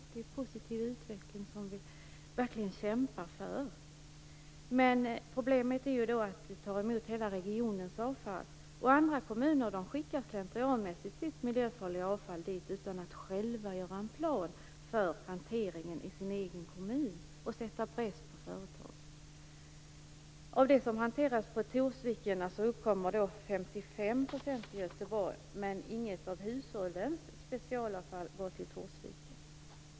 Det är en positiv utveckling som vi verkligen kämpar för. Men problemet är att man tar emot hela regionens avfall. Andra kommuner skickar slentrianmässigt sitt miljöfarliga avfall dit utan att själva göra en plan för hanteringen i sin egen kommun och sätta press på företagen. Av det avfall som hanteras vid Torsviken uppkommer 55 % i Göteborg, men inget av hushållens specialavfall går till Torsviken.